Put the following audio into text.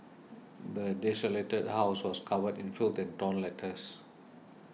the desolated house was covered in filth and torn letters